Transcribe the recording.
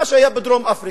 מה שהיה בדרום-אפריקה,